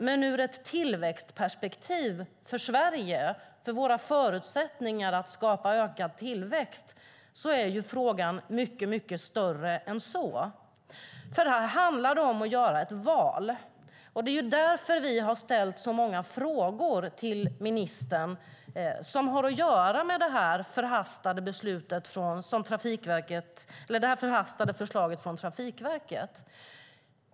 Men ur ett tillväxtperspektiv för Sverige och för våra förutsättningar att skapa ökad tillväxt är frågan mycket större än så. Här handlar det om att göra ett val. Det är därför som vi har ställt så många frågor till ministern som har att göra med det förhastade förslaget från Trafikverket.